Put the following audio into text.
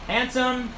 Handsome